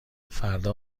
فردا